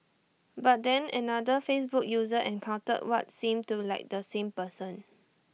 but then another Facebook user encountered what seemed to like the same person